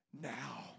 Now